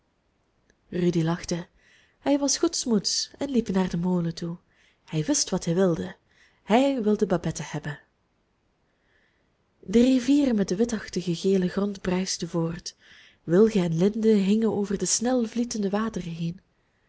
rudy lachte hij was goedsmoeds en liep naar den molen toe hij wist wat hij wilde hij wilde babette hebben de rivier met den witachtig gelen grond bruiste voort wilgen en linden hingen over de snelvlietende wateren heen